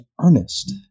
earnest